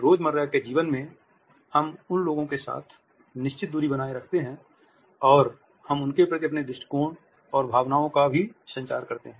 रोज़मर्रा के जीवन में हम अन्य लोगों के साथ निश्चित दूरी बनाए रखते हैं और हम उनके प्रति अपने दृष्टिकोण और भावनाओं का भी संचार करते हैं